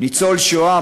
ניצול שואה,